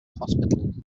hospital